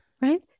Right